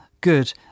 good